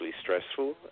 stressful